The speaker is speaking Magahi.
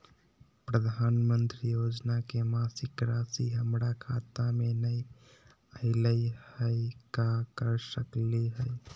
प्रधानमंत्री योजना के मासिक रासि हमरा खाता में नई आइलई हई, का कर सकली हई?